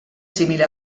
simile